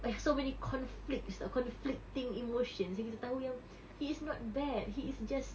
!aiya! many conflicts err conflicting emotions yang kita tahu yang he is not bad he is just